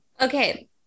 okay